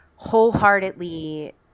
wholeheartedly